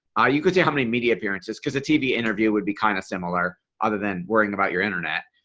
ah you could say how many media appearances because a tv interview would be kind of similar. other than worrying about your internet.